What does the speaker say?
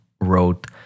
wrote